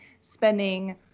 spending